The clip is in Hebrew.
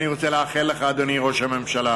אני רוצה לאחל לך, אדוני ראש הממשלה,